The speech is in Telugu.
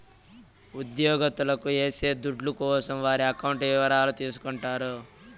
ఉద్యోగత్తులకు ఏసే దుడ్ల కోసం వారి అకౌంట్ ఇవరాలు తీసుకుంటారు